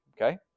Okay